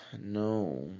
no